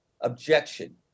objection